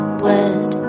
bled